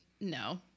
No